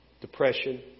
depression